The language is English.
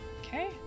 Okay